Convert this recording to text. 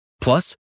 Plus